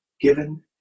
given